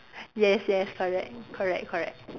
yes yes correct correct correct